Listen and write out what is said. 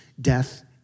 death